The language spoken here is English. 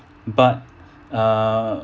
but err